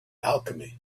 alchemy